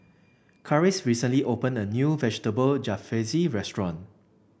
Karis recently opened a new Vegetable Jalfrezi restaurant